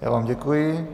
Já vám děkuji.